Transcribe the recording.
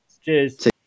cheers